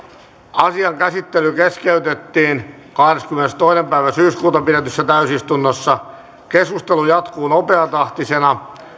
asian käsittely keskeytettiin kahdeskymmenestoinen yhdeksättä kaksituhattakuusitoista pidetyssä täysistunnossa keskustelu jatkuu nopeatahtisena